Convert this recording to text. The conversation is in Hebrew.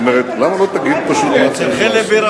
למה לא תגיד פשוט מה צריך לעשות ונמשיך הלאה?